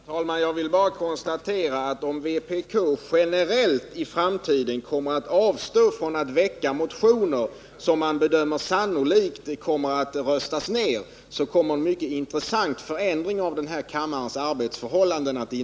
Herr talman! Jag vill bara konstatera att det, om vpk i framtiden generellt kommer att avstå från att väcka motioner som man bedömer sannolikt kommer att röstas ned, kommer att inträffa en mycket intressant förändring av kammarens arbetsförhållanden.